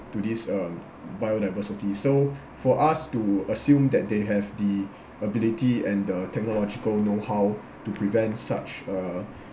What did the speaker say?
to this uh biodiversity so for us to assume that they have the ability and the technological know how to prevent such a